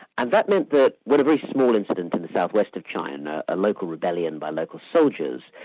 and that meant that when a very small incident in the south-west of china, a local rebellion by local soldiers,